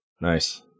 Nice